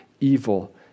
evil